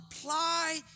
Apply